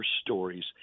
stories